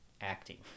acting